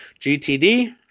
GTD